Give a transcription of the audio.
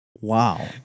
Wow